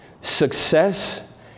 success